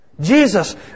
Jesus